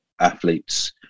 athletes